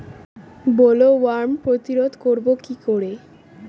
Bollworm প্রতিরোধ করব কি করে?